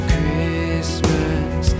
Christmas